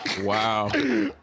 Wow